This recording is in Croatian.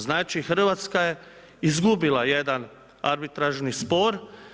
Znači Hrvatska je izgubila jedan arbitražni spor.